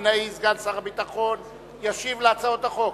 סגן שר הביטחון וילנאי ישיב על הצעת החוק.